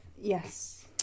yes